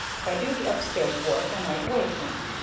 if i do the upstairs work i might wake him.